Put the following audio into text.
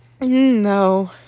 No